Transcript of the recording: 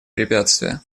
препятствия